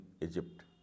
Egypt